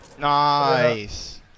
Nice